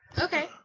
Okay